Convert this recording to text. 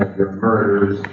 your murders,